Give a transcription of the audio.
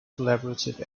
collaborative